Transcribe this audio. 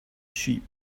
sheep